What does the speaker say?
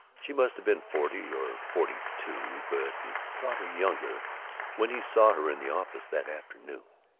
she must have been forty or forty-two but he thought her younger when he saw her in the office, that afternoon.